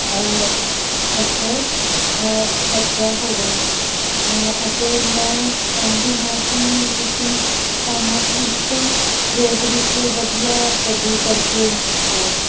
ਤੱਕ ਖਰਚਾ ਹੋਵੇ ਅਤੇ ਮੈਂ ਚਾਹੁੰਦੀ ਹਾਂ ਕਿ ਤੁਸੀਂ ਸਾਨੂੰ ਇਸ ਰੇਟ ਵਿੱਚ ਵਧੀਆ ਗੱਡੀ ਕਰਕੇ ਦਿਓ